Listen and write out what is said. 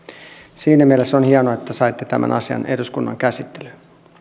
siinä mielessä on hienoa että saitte tämän asian eduskunnan käsittelyyn